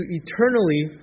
eternally